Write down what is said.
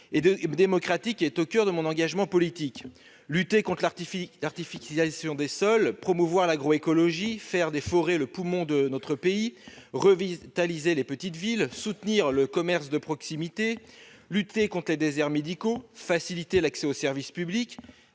et démocratique qui est au coeur de mon engagement politique. Lutter contre l'artificialisation des sols, promouvoir l'agroécologie, faire des forêts le poumon de notre pays, revitaliser les petites villes, soutenir le commerce de proximité, lutter contre les déserts médicaux, faciliter l'accès aux services publics,